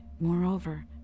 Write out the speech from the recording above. moreover